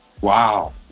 Wow